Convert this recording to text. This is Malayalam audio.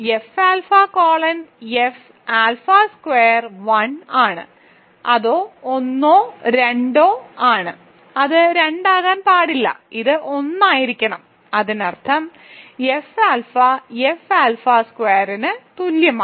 F alpha colon F alpha square 1 ആണ് അത് ഒന്നോ രണ്ടോ ആണ് അത് 2 ആകാൻ പാടില്ല ഇത് 1 ആയിരിക്കണം അതിനർത്ഥം എഫ് ആൽഫ എഫ് ആൽഫ സ്ക്വയറിന് തുല്യമാണ്